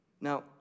Now